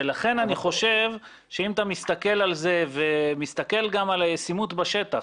לכן אני חושב שאם אתה מסתכל על זה ומסתכל גם על הישימות בשטח,